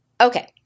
Okay